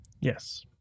Yes